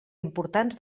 importants